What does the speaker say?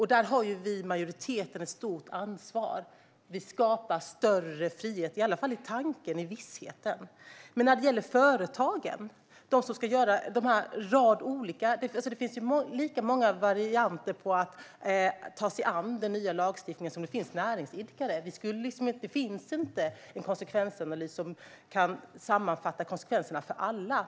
Här har vi i majoriteten ett stort ansvar. Vi skapar större frihet, i alla fall i tanken, i vissheten. Vad gäller företagen finns det lika många varianter på att ta sig an den nya lagstiftningen som det finns näringsidkare. Ingen konsekvensanalys kan sammanfatta konsekvenserna för alla.